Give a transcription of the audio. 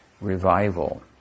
revival